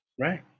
Right